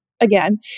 again